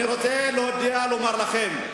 אני רוצה להודיע ולומר לכם,